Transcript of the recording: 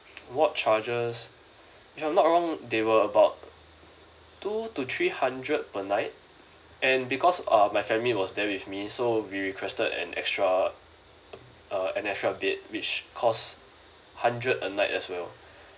ward charges if I'm not wrong they were about two to three hundred per night and because uh my family was there with me so we requested an extra uh an extra bed which cost hundred a night as well